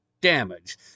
damage